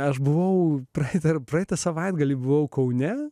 aš buvau praeitą ir praeitą savaitgalį buvau kaune